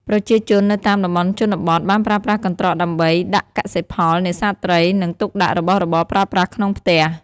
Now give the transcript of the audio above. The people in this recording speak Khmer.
ប្រជាជននៅតាមតំបន់ជនបទបានប្រើប្រាស់កន្ត្រកដើម្បី ដាក់កសិផល នេសាទត្រី និង ទុកដាក់របស់របរប្រើប្រាស់ក្នុងផ្ទះ។